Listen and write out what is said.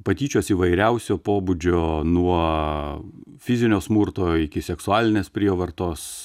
patyčios įvairiausio pobūdžio nuo fizinio smurto iki seksualinės prievartos